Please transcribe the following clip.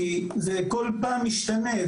הוא כל פעם משתנה,